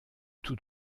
tout